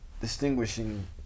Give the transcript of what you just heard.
distinguishing